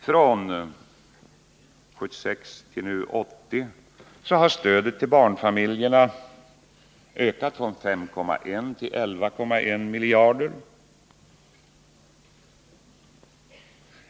Från 1976 och fram till i år har stödet till barnfamiljerna ökat från 5,1 till 11,1 miljarder.